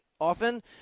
often